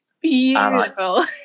Beautiful